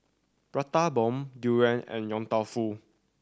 Prata Bomb durian and Yong Tau Foo